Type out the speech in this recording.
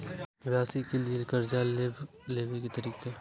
व्यवसाय के लियै कर्जा लेबे तरीका?